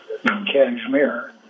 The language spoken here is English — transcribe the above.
Kashmir